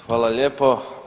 Hvala lijepo.